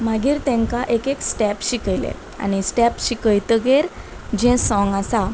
मागीर तांकां एक एक स्टॅप शिकयले आनी स्टेप शिकयतकच जे सोंग आसा